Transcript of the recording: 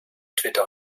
twitter